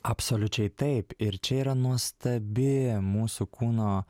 absoliučiai taip ir čia yra nuostabi mūsų kūno